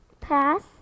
pass